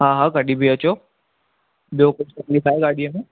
हा हा कॾहिं बि अचो ॿियो कुझु तकलीफ़ आहे गाॾीअ में